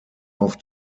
auf